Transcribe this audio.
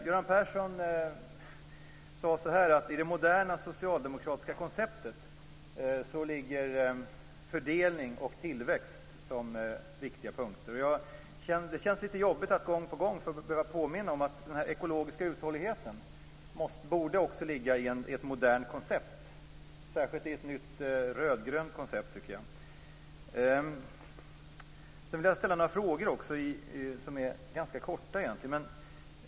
Fru talman! Jag ville bara instämma i Göran Perssons analys av kristdemokraterna. Göran Persson sade att fördelning och tillväxt ligger som viktiga punkter i det moderna socialdemokratiska konceptet. Det känns jobbigt att gång på gång behöva påminna om att den ekologiska uthålligheten också borde ingå i ett modernt koncept, särskilt i ett nytt rödgrönt koncept. Jag vill ställa några korta frågor.